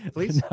Please